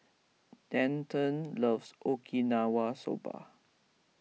Denton loves Okinawa Soba